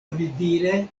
onidire